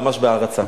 ממש בהערצה.